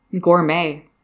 Gourmet